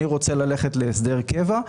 אני רוצה ללכת להסדר קבע.